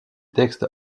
textes